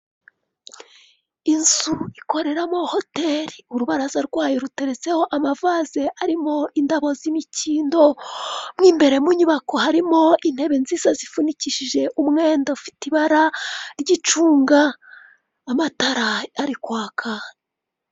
Inzu ikoreramo hoteli, urubaraza rwayo ruteretseho amavaze arimo indabo z'imikindo, mo imbere mu nyubako harimo intebe nziza zifunikishije umwenda ufite ibara ry'icunga, amatara ari kwaka,